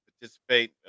participate